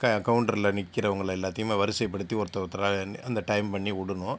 க கவுண்டருல நிற்கிறவங்கள எல்லாத்தையுமே வரிசைப்படுத்தி ஒருத்தர் ஒருத்தராக அந்த டைம் பண்ணி விடணும்